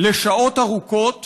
לשעות ארוכות